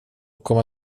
komma